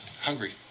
Hungry